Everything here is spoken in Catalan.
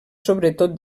sobretot